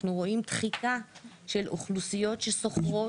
אנחנו רואים דחיקה של אוכלוסיות ששוכרות,